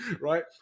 right